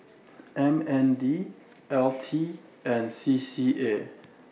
M N D L T and C C A